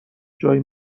جایی